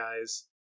guys